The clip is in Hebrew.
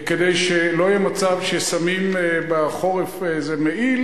כדי שלא יהיה מצב ששמים בחורף איזה מעיל